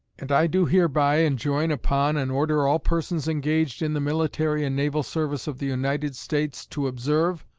and i do hereby enjoin upon and order all persons engaged in the military and naval service of the united states to observe,